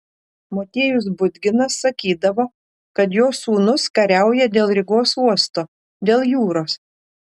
motiejus budginas sakydavo kad jo sūnus kariauja dėl rygos uosto dėl jūros